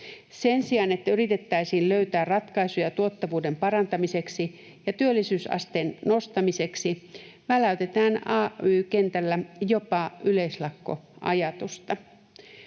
Sen sijaan, että yritettäisiin löytää ratkaisuja tuottavuuden parantamiseksi ja työllisyysasteen nostamiseksi, väläytetään ay-kentällä jopa yleislakkoajatusta.